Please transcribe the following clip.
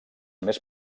més